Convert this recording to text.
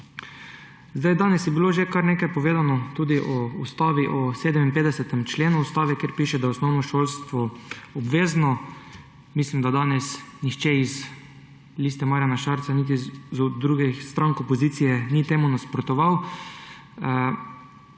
Danes je bilo že kar nekaj povedano tudi o 57. členu Ustave, kjer piše, da je osnovno šolstvo obvezno. Mislim, da danes nihče iz Liste Marjana Šarca niti iz drugih strank opozicije ni temu nasprotoval.